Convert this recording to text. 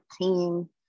team